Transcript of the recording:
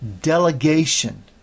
Delegation